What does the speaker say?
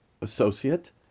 associate